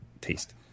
taste